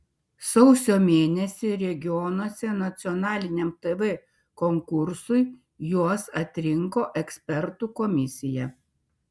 sausio mėnesį regionuose nacionaliniam tv konkursui juos atrinko ekspertų komisija